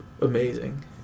amazing